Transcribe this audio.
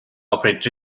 operate